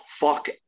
fuck